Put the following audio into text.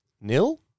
Nil